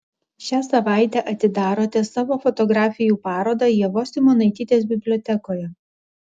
šią savaitę atidarote savo fotografijų parodą ievos simonaitytės bibliotekoje